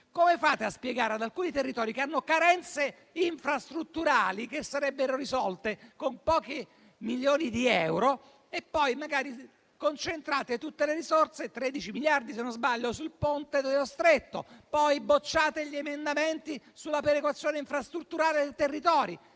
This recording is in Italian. Come fate a spiegare ad alcuni territori che hanno carenze infrastrutturali che sarebbero risolte con pochi milioni di euro e poi magari concentrate tutte le risorse - 13 miliardi, se non sbaglio - sul Ponte dello Stretto; poi bocciate gli emendamenti sulla perequazione infrastrutturale dei territori.